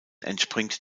entspringt